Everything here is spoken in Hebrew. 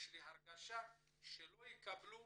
יש לי הרגשה שלא יקבלו